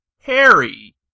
Harry